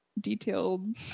detailed